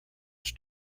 its